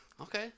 Okay